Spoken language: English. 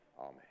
Amen